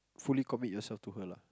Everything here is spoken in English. fully commit yourself to her lah